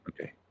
Okay